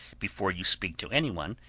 before you speak to any one,